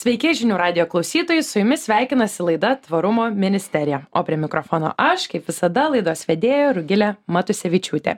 sveiki žinių radijo klausytojai su jumis sveikinasi laida tvarumo ministerija o prie mikrofono aš kaip visada laidos vedėja rugilė matusevičiūtė